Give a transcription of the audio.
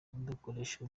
bakoresha